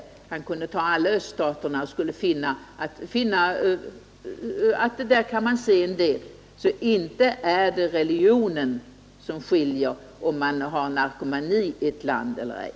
Han kunde ta alla öststater där man kan se en del. Inte är det religionen som avgör om man har narkomani i ett land eller ej.